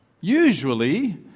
usually